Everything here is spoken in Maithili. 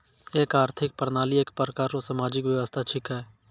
एक आर्थिक प्रणाली एक प्रकार रो सामाजिक व्यवस्था छिकै